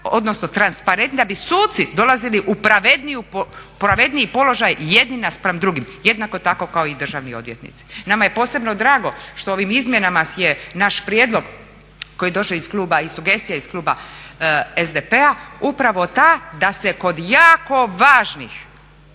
odnosno transparentnija, da bi suci dolazili u pravedniji položaj jedni naspram drugih, jednako tako kao i državni odvjetnici. Nama je posebno drago što ovim izmjenama je naš prijedlog koji je došao iz kluba i sugestija iz kluba SDP-a upravo ta da se kod jako važnih